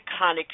iconic